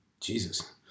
Jesus